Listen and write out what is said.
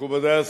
מכובדי השרים,